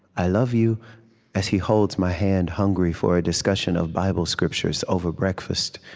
i love you as he holds my hand hungry for a discussion of bible scriptures over breakfast.